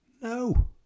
no